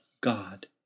God